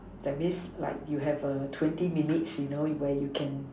that means like you have a twenty minutes where you can